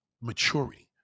maturity